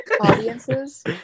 audiences